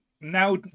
now